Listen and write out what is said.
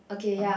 okay ya